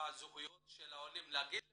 בזכויות של העולים, להגיד למשל,